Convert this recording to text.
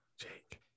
Jake